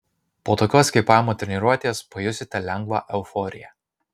po tokios kvėpavimo treniruotės pajusite lengvą euforiją